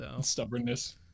Stubbornness